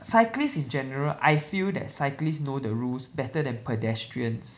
cyclists in general I feel that cyclists know the rules better than pedestrians